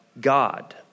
God